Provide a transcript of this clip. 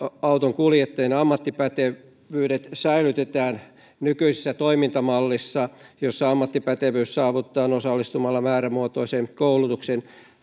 autonkuljettajien ammattipätevyydet säilytetään nykyisessä toimintamallissa jossa ammattipätevyys saavutetaan osallistumalla määrämuotoiseen koulutukseen